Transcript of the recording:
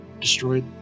destroyed